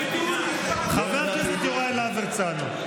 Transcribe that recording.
חבר הכנסת יוראי להב הרצנו,